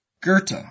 Goethe